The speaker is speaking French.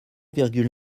virgule